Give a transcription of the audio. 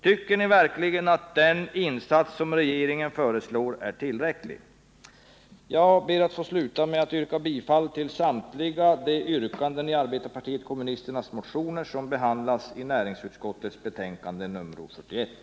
Tycker ni verkligen att den insats som regeringen föreslår är tillräcklig? Jag ber att få yrka bifall till samtliga de yrkanden i arbetarpartiet kommunisternas motioner som behandlas i näringsutskottets betänkande nr 41.